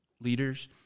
leaders